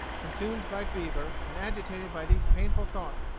consumed by fever, and agitated by these painful thoughts,